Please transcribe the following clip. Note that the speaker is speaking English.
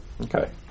okay